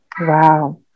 wow